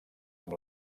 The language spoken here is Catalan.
amb